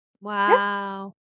wow